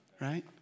right